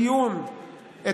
אתה עמדת בראש הוועדה שהעבירה את